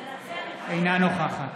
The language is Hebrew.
אינה נוכחת